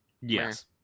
Yes